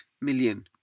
million